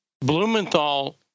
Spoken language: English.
Blumenthal